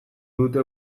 dute